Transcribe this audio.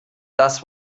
das